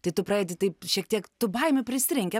tai tu pradedi taip šiek tiek tų baimių prisirenki